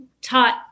taught